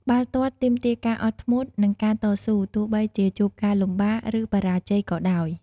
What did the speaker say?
បាល់ទាត់ទាមទារការអត់ធ្មត់ និងការតស៊ូ ទោះបីជាជួបការលំបាក ឬបរាជ័យក៏ដោយ។